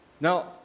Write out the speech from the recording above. Now